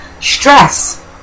stress